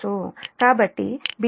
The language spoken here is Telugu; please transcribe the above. కాబట్టి β2 β 1